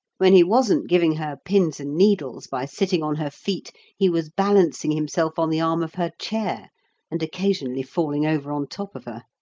when he wasn't giving her pins and needles by sitting on her feet he was balancing himself on the arm of her chair and occasionally falling over on top of her.